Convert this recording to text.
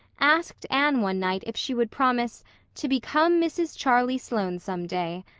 asked anne one night if she would promise to become mrs. charlie sloane some day.